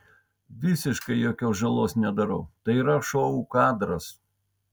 visiškai jokios žalos nedarau tai yra šou kadras